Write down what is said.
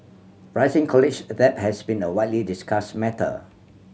rising college debt has been a widely discussed matter